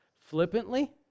Flippantly